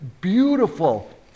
beautiful